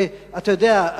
אתה יודע,